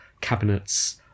cabinets